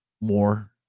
more